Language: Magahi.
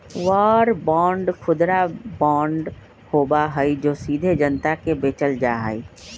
वॉर बांड खुदरा बांड होबा हई जो सीधे जनता के बेचल जा हई